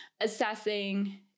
assessing